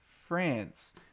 France